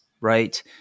right